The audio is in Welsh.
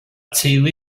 teulu